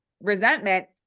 resentment